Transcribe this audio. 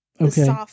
Okay